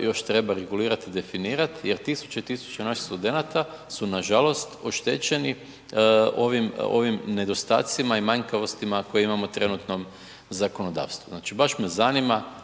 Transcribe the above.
još treba regulirati i definirati jer 1.000 i 1.000 naših studenata su nažalost oštećeni ovim nedostacima i manjkavostima koje imamo u trenutnom zakonodavstvu. Znači baš me zanima,